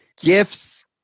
gifts